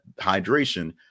hydration